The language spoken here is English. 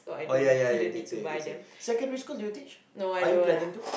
oh yeah yeah yeah you did say you did say secondary school you teach are you planning to